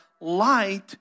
light